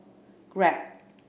Grab